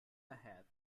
ahead